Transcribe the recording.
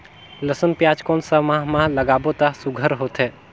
लसुन पियाज कोन सा माह म लागाबो त सुघ्घर होथे?